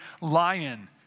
lion